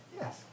Yes